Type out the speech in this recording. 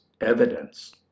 evidence